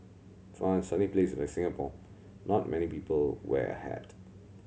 for a sunny place like Singapore not many people wear a hat